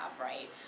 right